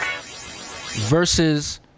versus